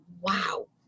wow